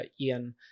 Ian